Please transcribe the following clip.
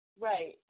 Right